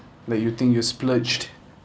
that you think you splurged